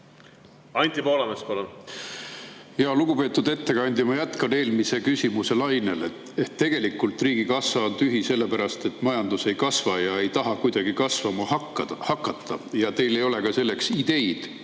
Anti Poolamets, palun! Lugupeetud ettekandja! Ma jätkan eelmise küsimuse lainel. Tegelikult on riigikassa tühi sellepärast, et majandus ei kasva ja ei taha kuidagi kasvama hakata ning teil ei ole ka selleks ideid.